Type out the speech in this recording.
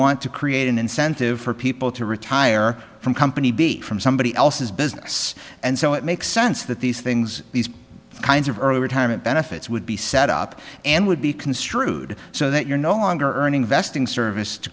want to create an incentive for people to retire from company b from somebody else's business and so it makes sense that these things these kinds of early retirement benefits would be set up and would be construed so that you're no longer earning vesting service to